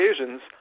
occasions